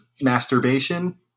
masturbation